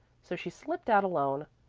so she slipped out alone.